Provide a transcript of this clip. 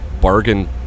bargain